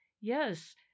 yes